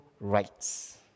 rights